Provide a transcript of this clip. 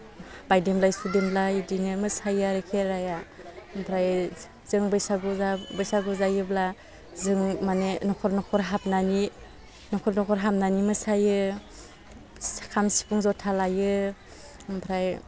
बायदेमलाइ सुदेमलाइ बिदिनो मोसायो आरो खेराइआ एमफ्राय जों बैसागु जा बैसागु जायोब्ला जों माने नखर नखर हाबनानि नखर नखर हाबनानि मोसायो खाम सिफुं ज'था लायो ओमफ्राय